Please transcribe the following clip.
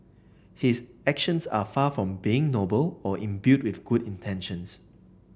his actions are far from being noble or imbued with good intentions